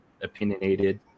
opinionated